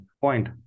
point